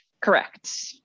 Correct